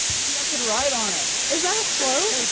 maybe i could ride on it. is that a float? like